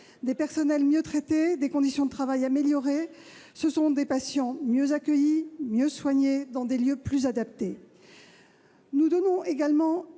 Des agents mieux traités et des conditions de travail améliorées, ce sont des patients mieux accueillis et mieux soignés dans des lieux plus adaptés. Nous donnons également